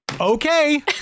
Okay